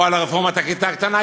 או ברפורמת הכיתה הקטנה.